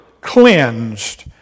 cleansed